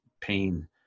pain